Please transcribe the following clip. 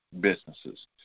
businesses